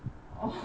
oh